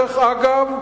דרך אגב,